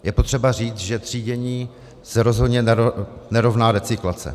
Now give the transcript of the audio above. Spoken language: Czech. Je potřeba říct, že třídění se rozhodně nerovná recyklace.